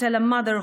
בפתרון שתי המדינות,